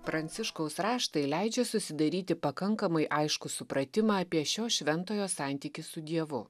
pranciškaus raštai leidžia susidaryti pakankamai aiškų supratimą apie šio šventojo santykį su dievu